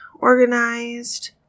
organized